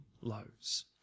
lows